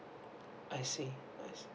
I see I see